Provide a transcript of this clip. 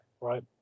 right